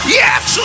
yes